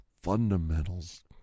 fundamentals